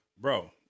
bro